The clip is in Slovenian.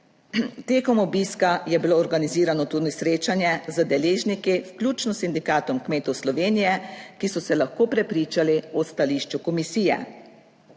Tekom obiska je bilo organizirano tudi srečanje z deležniki vključno s Sindikatom kmetov Slovenije, ki so se lahko prepričali o stališču komisije.